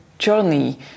journey